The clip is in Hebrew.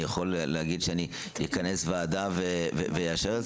אני יכול להגיד שאכנס ועדה ואאשר את